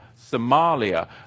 Somalia